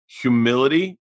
humility